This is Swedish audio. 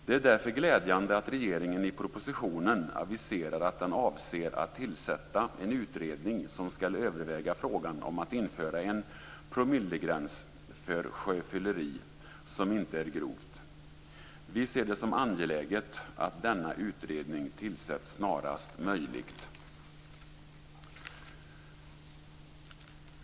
Det är därför glädjande att regeringen i propositionen aviserar att den avser att tillsätta en utredning som skall överväga frågan om att införa en promillegräns för sjöfylleri som inte är grovt. Vi ser det som angeläget att denna utredning tillsätts snarast möjligt.